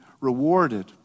rewarded